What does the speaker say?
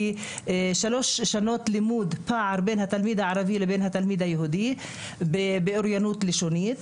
שלוש שנות לימוד פער בין התלמיד הערבי לתלמיד היהודי באוריינות לשונית.